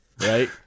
right